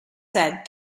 said